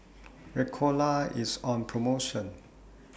Ricola IS on promotion